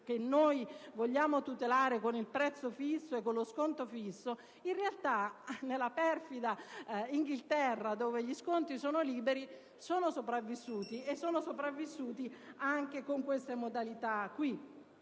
che noi vogliamo tutelare con il prezzo fisso e con lo sconto fisso, in realtà nella perfida Inghilterra, dove gli sconti sono liberi, sono sopravvissute con queste modalità.